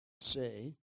say